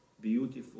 beautiful